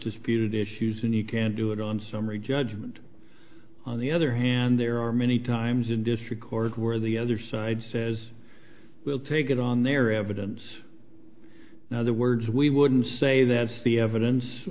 disputed issues and you can do it on summary judgment on the other hand there are many times in district court where the other side says we'll take it on their evidence now the words we wouldn't say that's the evidence